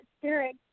spirit